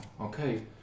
Okay